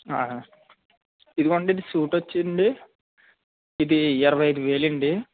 ఆ ఇదిగో అండి ఈ సూట్ వచ్చింది అండి ఇది ఇరవై ఐదు వేలు అండి